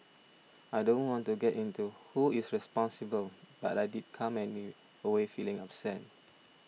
I don't want to get into who is responsible but I did come away feeling upset